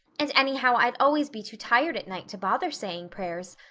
and anyhow i'd always be too tired at night to bother saying prayers.